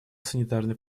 санитарной